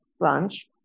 lunch